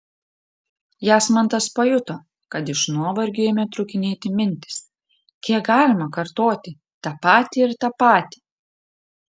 jasmantas pajuto kad iš nuovargio ėmė trūkinėti mintys kiek galima kartoti tą patį ir tą patį